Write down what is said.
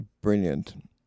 brilliant